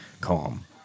calm